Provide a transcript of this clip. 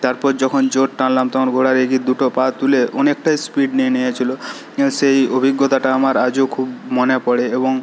তারপর যখন জোর টানলাম তখন ঘোড়ার এই যে দুটো পা তুলে অনেকটাই স্পিড নিয়ে নিয়েছিল সেই অভিজ্ঞতাটা আমার আজও খুব মনে পড়ে এবং